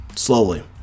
Slowly